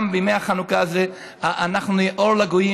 בימי החנוכה האלה אנחנו נהיה אור לגויים,